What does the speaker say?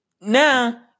Now